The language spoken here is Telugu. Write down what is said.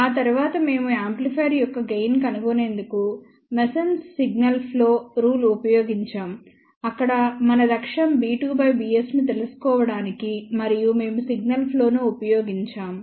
ఆ తర్వాత మేము యాంప్లిఫైయర్ యొక్క గెయిన్ కనుగొనేందుకు మాసన్స్ సిగ్నల్ ఫ్లో రూల్ ఉపయోగించాం అక్కడ మన లక్ష్యం b2bs ను తెలుసుకోవడానికి మరియు మేము ఈ సిగ్నల్ ఫ్లో ని ఉపయోగించాము